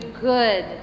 good